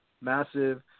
massive